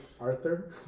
Arthur